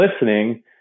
listening